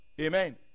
Amen